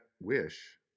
wish